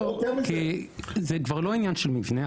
כי זה כבר לא עניין של מבנה,